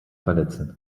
verletzen